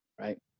right